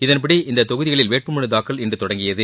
இதன்படி இந்தத் தொகுதிகளில் வேட்புமனுத் தாக்கல் இன்று தொடங்கியது